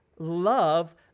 love